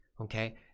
Okay